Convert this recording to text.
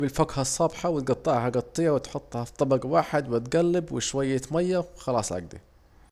هنجيب الفاكهة الصابحة وتجطعها تجطيع وتجلب وشوية مايه وخلاص على اكده